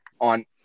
on